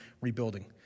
rebuilding